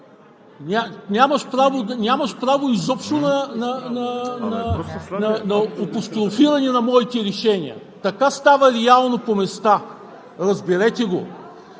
нямаш право изобщо за апострофиране на моите решения.“ Така става реално по места. Разберете го!